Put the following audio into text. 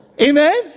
Amen